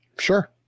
Sure